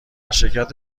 شرکت